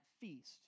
feast